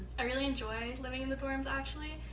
i really enjoy living in the dorms, actually.